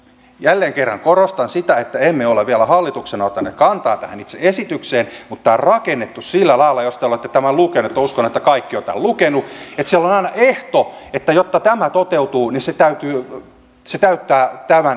jälleen kerran korostan sitä että emme ole vielä hallituksena ottaneet kantaa tähän itse esitykseen mutta tämä on rakennettu sillä lailla jos te olette tämän lukeneet ja uskon että kaikki ovat tämän lukeneet että siellä on aina ehto että jotta tämä toteutuu niin se täyttää tämän ehdon